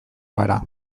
gara